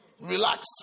Relax